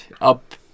up